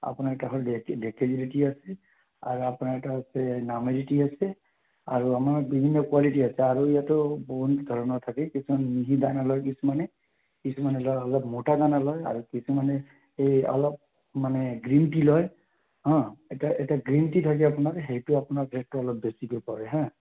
আপোনাৰ এটা হ'ল দেতে দেতেৰিল টি আছে আৰু আপোনাৰ এটা আছে নামেৰি টি আছে আৰু আমাৰ বিভিন্ন কোৱালিটিৰ আছে আৰু ইয়াতো বহুতো ধৰণৰ থাকে কিছুমানে মিহি দানা লয় কিছুমানে কিছুমানে লয় অলপ মোটা দানা লয় আৰু কিছুমানে এই অলপ মানে গ্ৰীণ টি লয় হাঁ এতিয়া এতিয়া গ্ৰীণ টি থাকে আপোনাৰ সেইটো আপোনাৰ ৰেটতো অলপ বেছিকৈ পৰে হাঁ